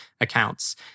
accounts